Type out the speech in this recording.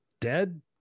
dead